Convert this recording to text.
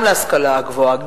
גם להשכלה הגבוהה,